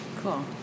Cool